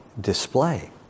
display